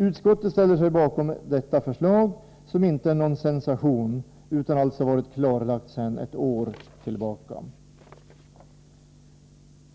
Utskottet ställer sig bakom detta förslag, som inte är någon sensation utan alltså har varit klarlagt sedan ett år tillbaka.